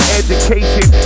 education